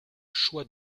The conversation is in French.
choix